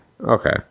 Okay